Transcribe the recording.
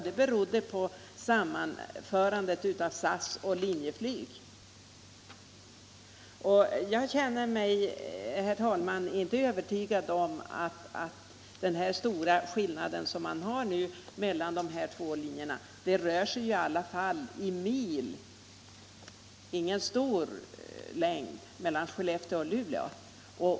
Det berodde på sammanförandet av SAS och Linjeflyg. Och jag känner mig som sagt inte övertygad om att är riktigt med den stora skillnaden i pris på de två nämnda linjerna. I mil räknat är det ju inte långt mellan Skellefteå och Luleå.